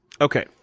Okay